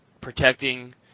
protecting